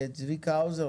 צביקה האוזר,